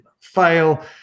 fail